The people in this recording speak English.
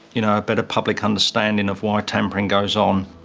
you know, a better public understanding of why tampering goes on.